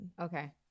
Okay